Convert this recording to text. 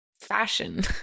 fashion